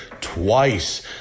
twice